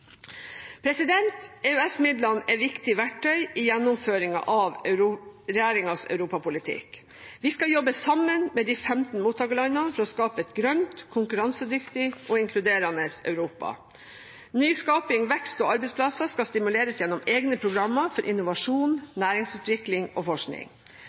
er et viktig verktøy i gjennomføringen av regjeringens europapolitikk. Vi skal jobbe sammen med de 15 mottakerlandene for å skape et grønt, konkurransedyktig og inkluderende Europa. Nyskaping, vekst og arbeidsplasser skal stimuleres gjennom egne programmer for innovasjon, næringsutvikling og forskning.